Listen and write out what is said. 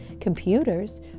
computers